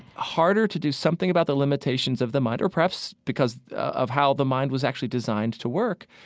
harder to do something about the limitations of the mind. or perhaps because of how the mind was actually designed to work,